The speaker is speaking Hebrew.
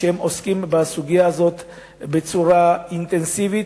שעוסקים בסוגיה הזאת בצורה אינטנסיבית,